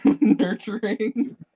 nurturing